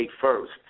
first